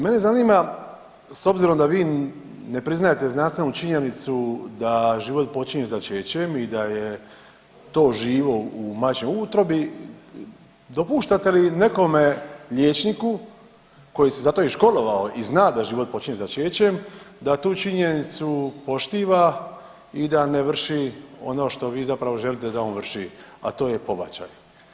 Mene zanima s obzirom da vi ne priznajete znanstvenu činjenicu da život počinje začećem i da je to živo u majčinoj utrobi dopuštate li nekome liječniku koji se za to i školovao i zna da život počinje začećem da tu činjenicu poštiva i da ne vrši ono što vi zapravo želite da on vrši, a to je pobačaj.